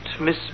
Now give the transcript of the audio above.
Miss